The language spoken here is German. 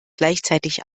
gleichzeitig